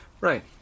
Right